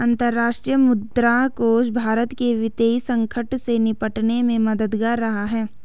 अंतर्राष्ट्रीय मुद्रा कोष भारत के वित्तीय संकट से निपटने में मददगार रहा है